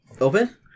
Open